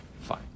Fine